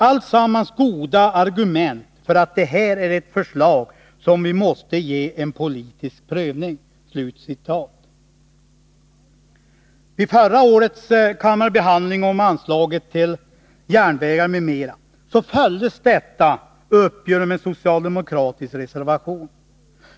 Alltsammans är goda argument för att det här är ett förslag som vi måste ge en politisk prövning.” Vid förra årets kammarbehandling av anslaget till järnvägar m.m. gjordes en uppföljning genom en socialdemokratisk reservation.